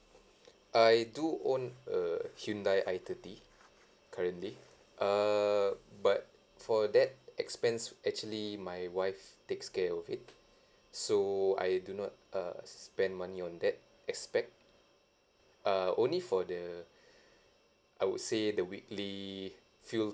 I do own a hyundai I thirty currently err but for that expense actually my wife takes care of it so I do not uh spend money on that aspect uh only for the I would say the weekly fuel